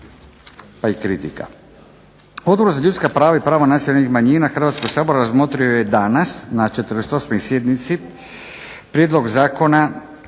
pa i kritika.